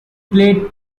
played